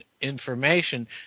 information